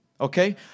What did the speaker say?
okay